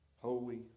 holy